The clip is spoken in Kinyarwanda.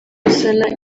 gusana